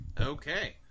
Okay